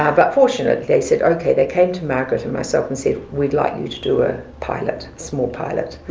ah but fortunately they said, okay, they came to margaret and myself and said, we'd like you to do a pilot, small pilot